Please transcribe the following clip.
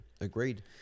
agreed